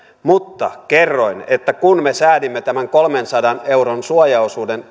mutta kerroin että kun me säädimme tämän kolmensadan euron suojaosuuden